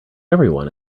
everyone